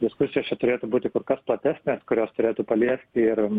diskusijos čia turėtų būti kur kas platesnės kurios turėtų paliesti ir